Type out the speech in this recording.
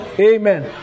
Amen